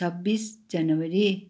छब्बिस जनवरी